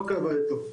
לא כהווייתו.